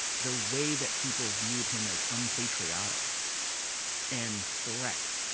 the way that people viewed him as unpatriotic and threat,